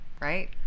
right